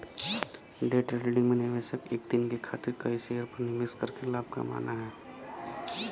day trading में निवेशक एक दिन के खातिर कई शेयर पर निवेश करके लाभ कमाना हौ